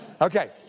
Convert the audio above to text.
Okay